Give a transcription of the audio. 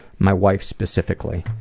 my wife specifically.